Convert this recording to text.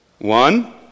One